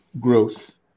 growth